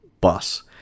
bus